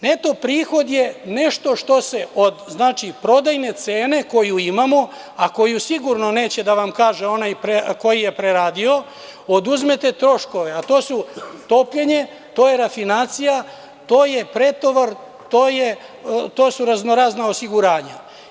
Neto prihod je kada od prodajne cene koju imamo, a koju sigurno neće da vam kaže onaj koji je preradio, oduzmete troškove, a to su topljenje, to je rafinacija, to je pretovar i to su razno razna osiguranja.